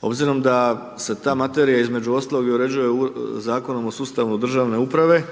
Obzirom da se ta materija između ostalog i uređuje Zakonom o sustavu državne uprave